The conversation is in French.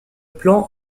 plan